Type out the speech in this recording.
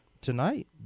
Tonight